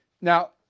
Now